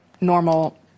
normal